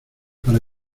para